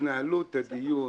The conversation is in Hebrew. התנהלות הדיון